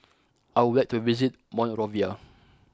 I would like to visit Monrovia